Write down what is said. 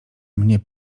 mnie